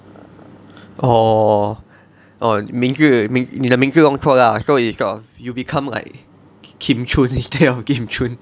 orh orh 名字你的名字弄错 lah so is you become like kim chun instead of kin chun